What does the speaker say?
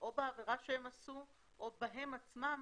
או בעבירה שהם עשו או בהם עצמם,